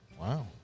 Wow